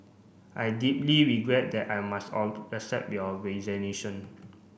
I deeply regret that I must all accept your resignation